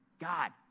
God